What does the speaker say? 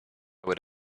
would